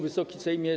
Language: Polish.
Wysoki Sejmie!